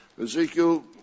Ezekiel